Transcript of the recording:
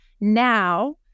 now